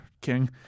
King